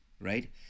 right